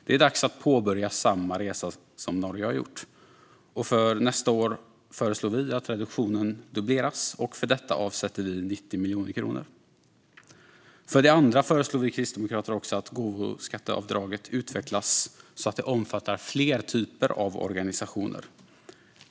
Det är dags att påbörja samma resa som Norge har gjort. För nästa år föreslår vi att reduktionen dubbleras, och för detta avsätter vi 90 miljoner kronor. För det andra föreslår vi kristdemokrater också att gåvoskatteavdraget utvecklas så att det omfattar fler typer av organisationer.